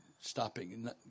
stopping